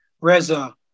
Reza